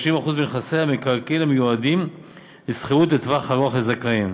30% מנכסיה הם מקרקעין המיועדים לשכירות לטווח ארוך לזכאים,